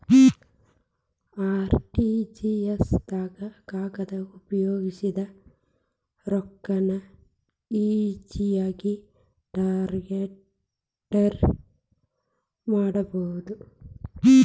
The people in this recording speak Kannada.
ಆರ್.ಟಿ.ಜಿ.ಎಸ್ ದಾಗ ಕಾಗದ ಉಪಯೋಗಿಸದೆ ರೊಕ್ಕಾನ ಈಜಿಯಾಗಿ ಟ್ರಾನ್ಸ್ಫರ್ ಮಾಡಬೋದು